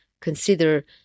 consider